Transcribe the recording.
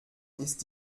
ist